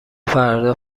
فردا